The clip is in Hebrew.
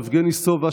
יבגני סובה,